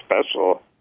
special